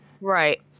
right